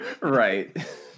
Right